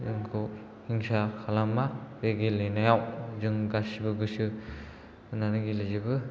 हिंसा खालामा बे गेलेनायाव जों गासिबो गोसो होनानै गेलेजोबो